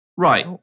Right